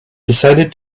decided